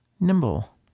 Nimble